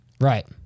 Right